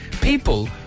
people